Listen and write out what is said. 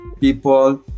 people